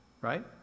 right